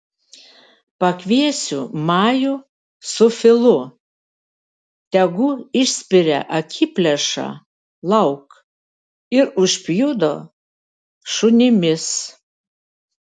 pakviesiu majų su filu tegu išspiria akiplėšą lauk ir užpjudo šunimis